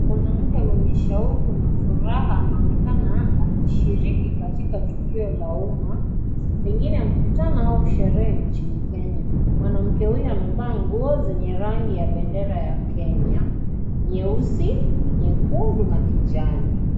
Mwanamke mwenye shauku na furaha anaonekana akishiriki katika tukio la umma pengine mkutano au sherehe nchini Kenya. Mwanamke huyu amevaa nguo enye rangi ya bendera ya Kenya, nyeusi, nyekundu na kijani.